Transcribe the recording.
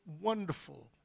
wonderful